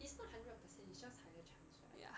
it's not hundred percent it's just higher chance right